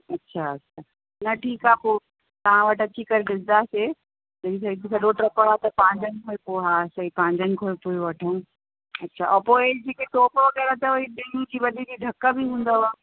अच्छा अच्छा न ठीकु आहे पोइ तव्हां वटि अची करे ॾिसंदासीं सॼो ट्रप वप पंहिंजनि खां ई पोइ हा सही पंहिंजनि खां ई पोइ वठूं अच्छा उहो पोइ ही जेके टोप वोप वग़ैरह अथव ही ॿिन्हिनि जी वॾी जी पोइ ढक बि हूंदव